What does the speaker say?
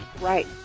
Right